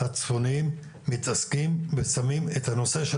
הצפוניים מתעסקים ושמים את הנושא של